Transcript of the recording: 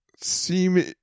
seem